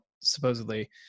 supposedly